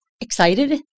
excited